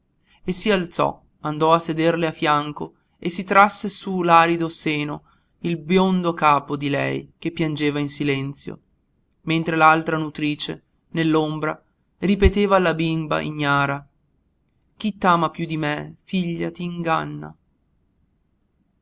e si alzò andò a sederle a fianco e si trasse su l'arido seno il biondo capo di lei che piangeva in silenzio mentre l'altra nutrice nell'ombra ripeteva alla bimba ignara chi t'ama piú di me figlia t'inganna